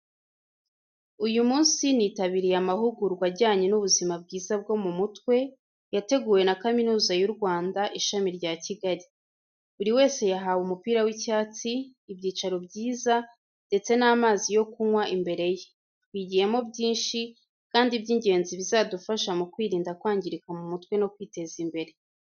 Uyu munsi nitabiriye amahugurwa ajyanye n’ubuzima bwiza bwo mu mutwe, yateguwe na Kaminuza y’u Rwanda, Ishami rya Kigali. Buri wese yahawe umupira w’icyatsi, ibyicaro byiza ndetse n’amazi yo kunywa imbere ye. Twigiyemo byinshi kandi by’ingenzi bizadufasha mu kwirinda kwangirika mu mutwe no kwiteza imbere.